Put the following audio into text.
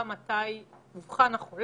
אבל